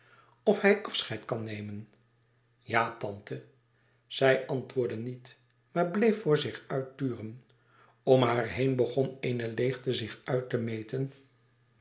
of hij afscheid kan nemen ja tante zij antwoordde niet maar bleef voor zich uit turen om haar louis couperus extaze een boek van geluk heen begon eene leêgte zich uit te meten